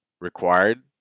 required